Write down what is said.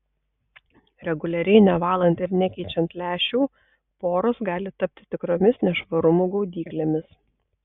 reguliariai nevalant ir nekeičiant lęšių poros gali tapti tikromis nešvarumų gaudyklėmis